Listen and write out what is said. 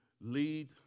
lead